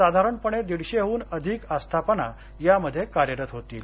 साधारणपण दीडशेहून अधिक आस्थापना यामध्ये कार्यरत होतील